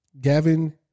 Gavin